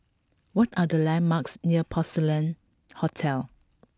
what are the landmarks near Porcelain Hotel